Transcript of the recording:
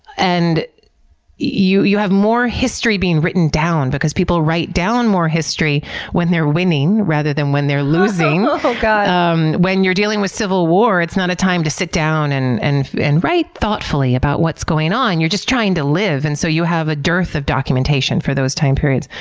and you you have more history being written down because people write down more history when they're winning rather than when they're losing. ah um when you're dealing with civil war, it's not a time to sit down and and and write thoughtfully about what's going on. you're just trying to live. and so you have a dearth of documentation for those time periods.